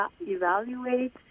evaluate